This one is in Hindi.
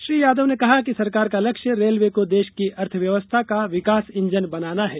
श्री यादव ने कहा कि सरकार का लक्ष्य रेलवे को देश की अर्थव्यवस्था का विकास ईजन बनाना है